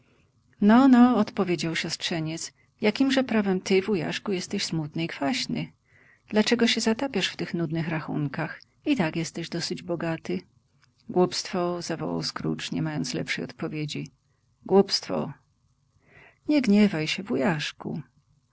no no odpowiedział siostrzeniec jakiemże prawem ty wujaszku jesteś smutny i kwaśny dlaczego się zatapiasz w tych nudnych rachunkach i tak jesteś dosyć bogaty głupstwo zawołał scrooge nie mając lepszej odpowiedzi głupstwo nie gniewaj się wujaszku